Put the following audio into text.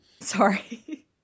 Sorry